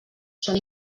són